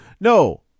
no